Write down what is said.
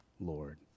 Lord